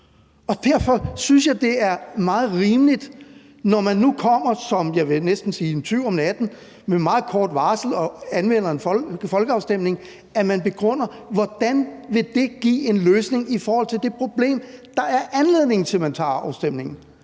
og derfor synes jeg, det er meget rimeligt, når man nu kommer som, jeg vil næsten sige en tyv om natten med meget kort varsel og anmelder en folkeafstemning, at man begrunder, hvordan det vil være en løsning på det problem, der er anledning til, at man tager afstemningen.